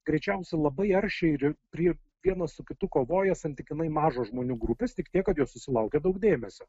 greičiausiai labai aršiai ir prie vienas su kitu kovoja santykinai mažos žmonių grupės tik tiek kad jos susilaukia daug dėmesio